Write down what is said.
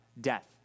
death